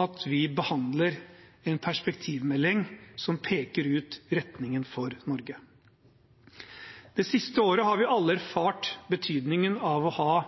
at vi behandler en perspektivmelding som peker ut retningen for Norge. Det siste året har vi alle erfart betydningen av å ha